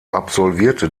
absolvierte